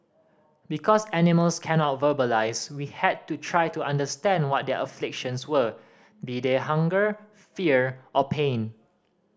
because animals cannot verbalise we had to try to understand what their afflictions were be they hunger fear or pain